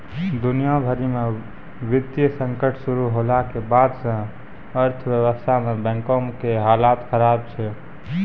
दुनिया भरि मे वित्तीय संकट शुरू होला के बाद से अर्थव्यवस्था मे बैंको के हालत खराब छै